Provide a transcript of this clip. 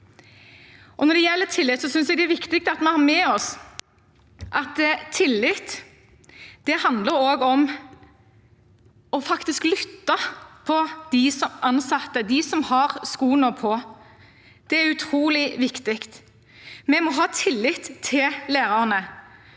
Når det gjelder tillit, synes jeg det er viktig at vi har med oss at tillit også handler om å faktisk lytte til de ansatte, de som har skoene på. Det er utrolig viktig. Vi må ha tillit til lærerne.